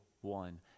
one